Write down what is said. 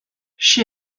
she